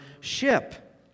ship